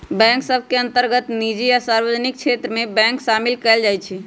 bank सभ के अंतर्गत निजी आ सार्वजनिक क्षेत्र के बैंक सामिल कयल जाइ छइ